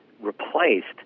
replaced